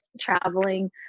traveling